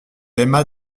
aimas